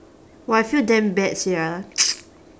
[wah] I feel damn bad sia